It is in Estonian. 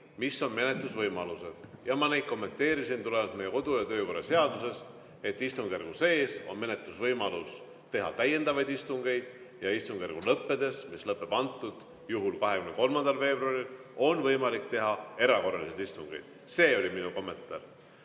mis on menetlusvõimalused. Ja ma neid kommenteerisin tulenevalt meie kodu- ja töökorra seadusest: istungjärgu sees on menetlusvõimalus teha täiendavaid istungeid ja istungjärgu lõppedes, mis lõpeb antud juhul 23. veebruaril, on võimalik teha erakorralisi istungeid. See oli minu